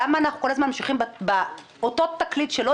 למה אנחנו כל הזמן ממשיכים באותו תקליט שלא